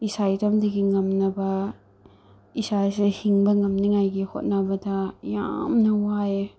ꯏꯁꯥ ꯏꯇꯣꯝꯗꯒꯤ ꯉꯝꯅꯕ ꯏꯁꯥꯁꯤ ꯍꯤꯡꯕ ꯉꯝꯅꯅꯤꯡꯉꯥꯏꯒꯤ ꯍꯣꯠꯅꯕꯗ ꯌꯥꯝꯅ ꯋꯥꯏꯑꯦ